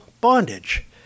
bondage